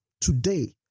Today